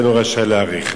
אינו רשאי להאריך.